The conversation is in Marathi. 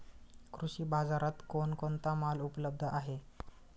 कृषी बाजारात कोण कोणता माल उपलब्ध आहे?